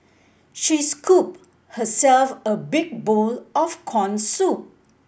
she scooped herself a big bowl of corn soup